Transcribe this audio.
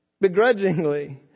Begrudgingly